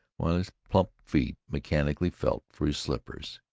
while his plump feet mechanically felt for his slippers.